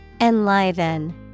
Enliven